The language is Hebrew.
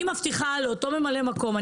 אני מבטיחה לאותו ממלא מקום,